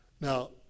Now